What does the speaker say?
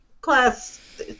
class